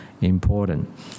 important